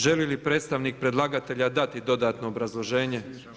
Želi li predstavnik predlagatelja dati dodatno obrazloženje?